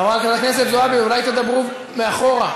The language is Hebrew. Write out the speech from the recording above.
חברת הכנסת זועבי, אולי תדברו מאחור?